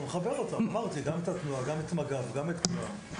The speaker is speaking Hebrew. אנחנו נחבר אותם, את התנועה, את מג"ב וגם את כולם.